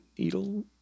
Needle